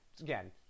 again